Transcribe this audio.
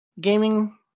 gaming